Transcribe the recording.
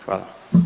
Hvala.